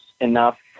enough